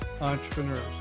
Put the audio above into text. entrepreneurs